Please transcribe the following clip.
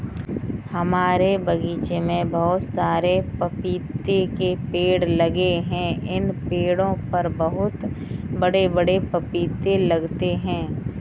हमारे बगीचे में बहुत सारे पपीते के पेड़ लगे हैं इन पेड़ों पर बहुत बड़े बड़े पपीते लगते हैं